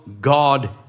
God